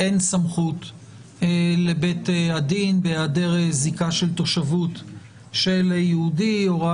אין סמכות לבית הדין בהעדר זיקה של תושבות של יהודי.